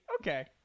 Okay